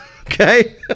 okay